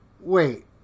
Wait